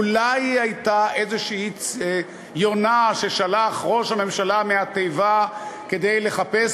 אולי היא הייתה איזו יונה ששלח ראש הממשלה מהתיבה כדי לחפש